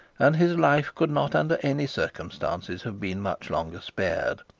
and his life could not under any circumstances have been much longer spared.